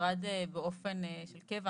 שהמשרד באופן של קבע